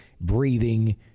breathing